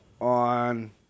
on